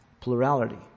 plurality